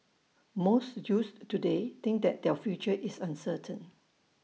most youths today think that their future is uncertain